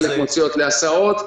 חלק מוציאות להסעות,